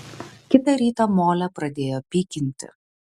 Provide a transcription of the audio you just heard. kitą rytą molę pradėjo pykinti